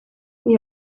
they